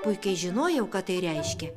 puikiai žinojau ką tai reiškia